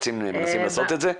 מנסים לעשות את זה?